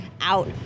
out